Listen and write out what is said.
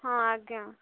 ହଁ ଆଜ୍ଞା